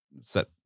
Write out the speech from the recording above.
set